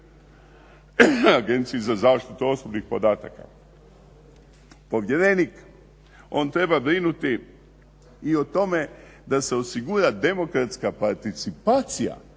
Agenciji za zaštitu osobnih podataka. Povjerenik, on treba brinuti i o tome da se osigura demokratska participacija